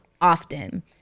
often